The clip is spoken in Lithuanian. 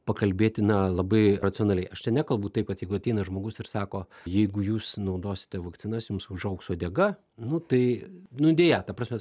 pakalbėti na labai racionaliai aš čia nekalbu taip kad jeigu ateina žmogus ir sako jeigu jūs naudosite vakcinas jums užaugs uodega nu tai nu deja ta prasme